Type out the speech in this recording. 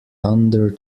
thunder